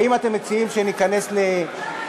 האם אתם מציעים שניכנס לדיבור?